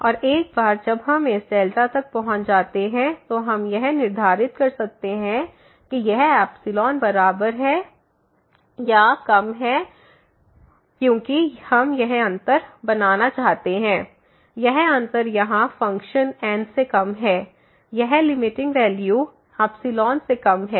और एक बार जब हम इस तक पहुंच जाते हैं तो हम यह निर्धारित कर सकते हैं कि यह बराबर से कम के बराबर होना चाहिए क्योंकि हम यह अंतर बनाना चाहते हैं यह अंतर यहाँ फ़ंक्शन N से कम है यह लिमिटिंग वैल्यू से कम है